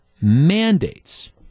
mandates